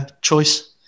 choice